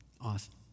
Awesome